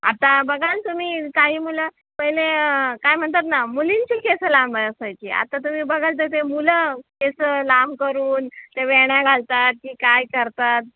आता बघाल तुम्ही काही मुलं पहिले काय म्हनतात ना मुलींची केसं लांब असायची आता तर बघाल ते मुलं केसं लांब करून ते वेण्या घालतात की काय करतात